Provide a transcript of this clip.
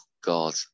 God